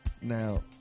Now